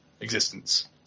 existence